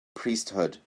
priesthood